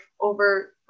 over